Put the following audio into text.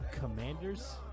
Commanders